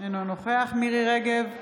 אינו נוכח מירי מרים רגב,